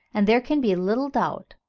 and there can be little doubt,